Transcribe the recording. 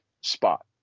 spot